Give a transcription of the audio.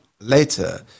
later